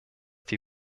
die